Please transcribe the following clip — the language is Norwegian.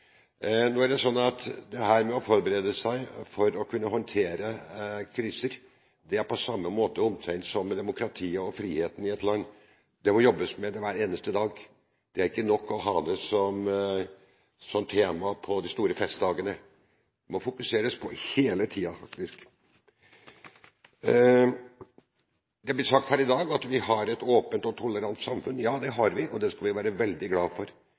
Nå er det sånn at det å forberede seg for å kunne håndtere kriser, er omtrent som med demokratiet og friheten i et land. Det må jobbes med det hver eneste dag. Det er ikke nok å ha det som tema på de store festdagene – det må faktisk fokuseres på det hele tiden. Det har blitt sagt her i dag at vi har et åpent og tolerant samfunn. Det har vi, og det skal vi være veldig glad for.